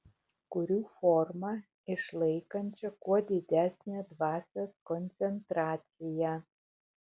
kuriu formą išlaikančią kuo didesnę dvasios koncentraciją